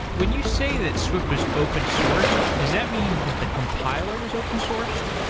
when you say that swift was open-sourced, does that mean that the compiler was open-sourced?